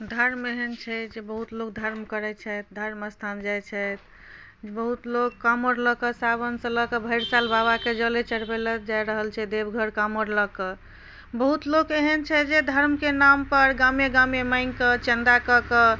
धर्म एहन छै जे बहुत लोक धर्म करै छथि धर्मस्थान जाइ छथि बहुत लोक काँवर लऽ कऽ सावनसँ लऽ कऽ भरि साल बाबाके जले चढ़बै लऽ जा रहल छथि देवघर काँवर लऽ कऽ बहुत लोक एहन छथि जे धर्मके नामपर गामे गामे माँगिके चन्दा कऽ कऽ